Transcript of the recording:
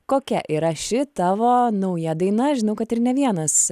kokia yra ši tavo nauja daina žinau kad ir ne vienas